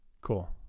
Cool